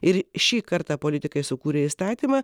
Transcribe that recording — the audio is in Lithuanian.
ir šį kartą politikai sukūrė įstatymą